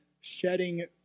shedding